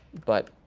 but